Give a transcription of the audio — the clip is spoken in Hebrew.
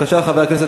חבר הכנסת